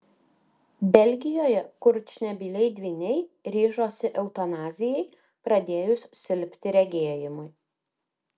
belgijoje kurčnebyliai dvyniai ryžosi eutanazijai pradėjus silpti regėjimui